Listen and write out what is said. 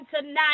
tonight